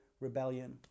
rebellion